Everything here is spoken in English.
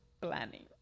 planning